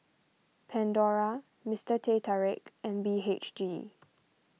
Pandora Mister Teh Tarik and B H G